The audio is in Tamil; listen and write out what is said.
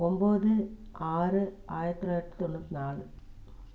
ஒம்பது ஆறு ஆயிரத்தி தொள்ளாயிரத்தி தொண்ணூற்றி நாலு